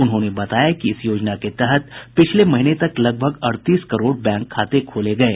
उन्होंने बताया कि इस योजना के तहत पिछले महीने तक लगभग अड़तीस करोड़ बैंक खाते खोले गये